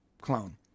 clone